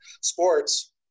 sports